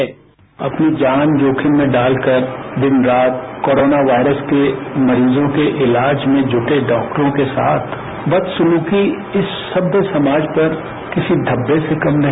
sound bite अपनी जान जोखिम में डाल कर दिन रात कोरोना वायरस के मरीजों के इलाज में जुटे डाक्टरों के साथ बदसलुकी इस सभ्य समाज पर किसी धब्बे से कम नहीं